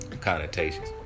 connotations